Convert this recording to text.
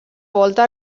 volta